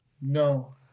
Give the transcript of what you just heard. No